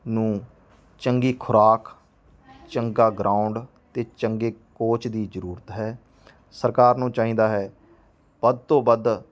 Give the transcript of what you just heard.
ਨੂੰ ਚੰਗੀ ਖੁਰਾਕ ਚੰਗਾ ਗਰਾਊਂਡ ਅਤੇ ਚੰਗੇ ਕੋਚ ਦੀ ਜ਼ਰੂਰਤ ਹੈ ਸਰਕਾਰ ਨੂੰ ਚਾਹੀਦਾ ਹੈ ਵੱਧ ਤੋਂ ਵੱਧ